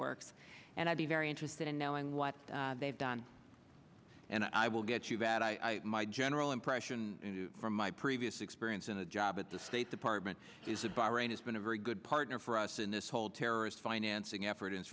work and i'd be very interested in knowing what they've done and i will get you that i my general impression from my previous experience in the job at the state department is a bahrain has been a very good partner for us in this whole terrorist financing effort is